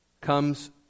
comes